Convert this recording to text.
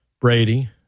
Brady